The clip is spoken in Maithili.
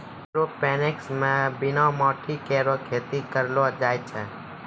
एयरोपोनिक्स म बिना माटी केरो खेती करलो जाय छै